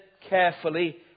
carefully